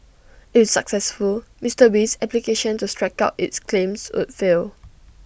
if successful Mister Wee's application to strike out its claims would fail